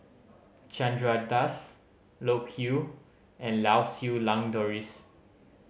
Chandra Das Loke Yew and Lau Siew Lang Doris